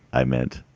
i meant,